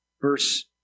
verse